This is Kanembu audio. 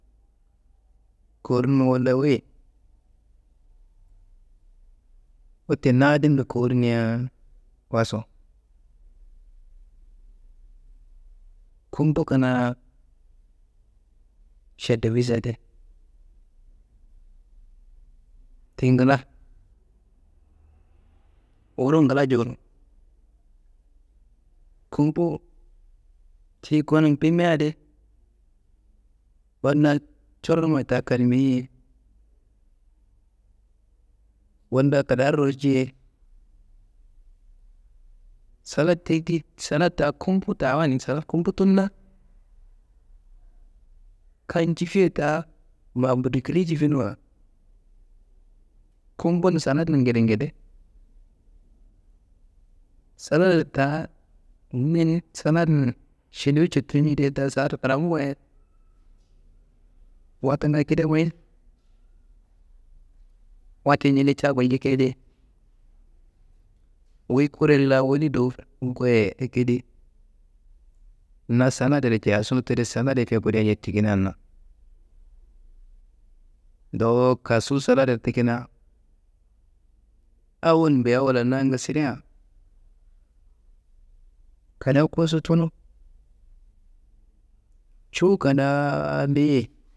Kowurnuma wola wayi, wette nadimbe kowurnia wasu. Kumbu kina šendiwiš adi tiyi ngila, wuro ngila jowuro. Kumbu ti gonum bimiadi wolla coronma ta kalmeye, wolla kadaaro rorciye, salad ti ti salad ta kumbu ta wani, salad kumbu tunna, kan njifiye taa ma mbudu kili njifi nuwa kumbu n salad nun ngedengede. Salad taa min salad nun šendiwiš cetunu ta salad kiram wayi watunga kida mayi. Wette njili ca gulňekedi, wuyi kuren laa woli dowo goyo akedi na saladyer jaso tide salad ake kude nje tikinanna, dowo kassu saladyer tikina awal bil awal nangu sidea kallewu kossu tunu cuwu kadaa biye.